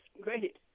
Great